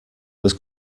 was